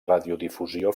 radiodifusió